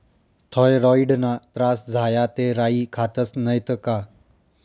थॉयरॉईडना त्रास झाया ते राई खातस नैत का